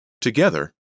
Together